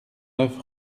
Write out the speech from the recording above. neuf